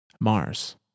Mars